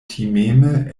timeme